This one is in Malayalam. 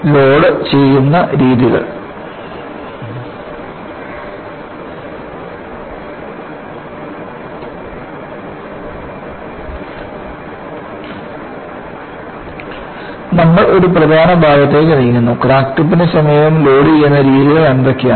ലോഡുചെയ്യുന്ന രീതികൾ നമ്മൾ ഒരു പ്രധാന ഭാഗത്തേക്ക് നീങ്ങുന്നു ക്രാക്ക് ടിപ്പിന് സമീപം ലോഡുചെയ്യുന്ന രീതികൾ എന്തൊക്കെയാണ്